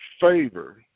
favor